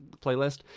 playlist